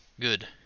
good